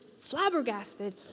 flabbergasted